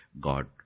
God